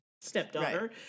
stepdaughter